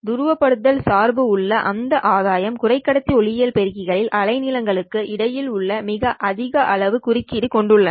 துருவப்படுத்தல் சார்பு உள்ள அந்த ஆதாயம் குறைக்கடத்தி ஒளியியல் பெருக்கிகளின் அலைநீளகளுக்கு இடையில் உள்ள மிக அதிக அளவு குறுக்கிடு கொண்டுள்ளன